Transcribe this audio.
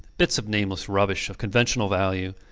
bits of nameless rubbish of conventional value,